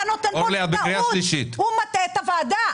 הוא מטעה את הוועדה.